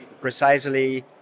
precisely